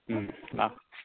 ꯎꯝ ꯂꯥꯛ